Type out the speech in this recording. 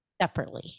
separately